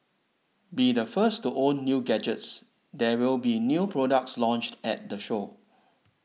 be the first to own new gadgets there will be new products launched at the show